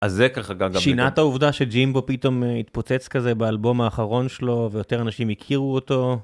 שינת העובדה שג'ימבו פתאום התפוצץ כזה באלבום האחרון שלו ויותר אנשים הכירו אותו?